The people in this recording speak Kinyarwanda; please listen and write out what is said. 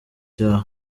cyawe